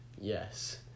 yes